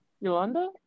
Yolanda